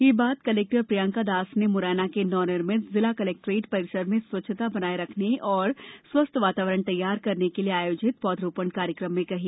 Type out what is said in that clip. यह बात कलेक्टर श्रीमती प्रियंका दास ने मुरैना के नव निर्मित जिला कलेक्ट्रेट परिसर में स्वच्छता बनाये रखने और स्वस्थ्य वातावरण तैयार करने के लिए आयोजित पौधरोपड़ कार्यक्रम में कही